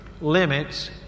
limits